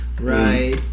Right